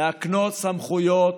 להקנות סמכויות